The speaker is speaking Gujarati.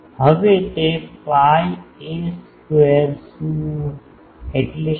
હવે તે pi a square એટલે શું